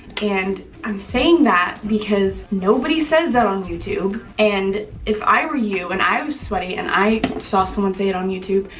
and. i'm saying that because nobody says that on youtube and if i were you and i was sweaty and i saw someone say it on youtube,